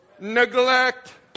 neglect